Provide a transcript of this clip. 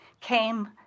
came